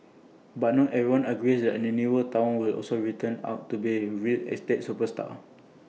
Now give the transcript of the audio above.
but not everyone agrees the newer Town will also turn out to be A real estate superstar